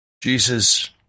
Jesus